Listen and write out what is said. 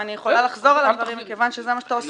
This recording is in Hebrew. ואני יכולה לחזור על הדברים מכיוון שזה מה שאתה עושה פה.